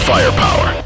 Firepower